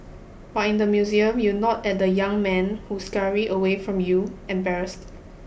but in the museum you nod at the young men who scurry away from you embarrassed